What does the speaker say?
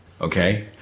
okay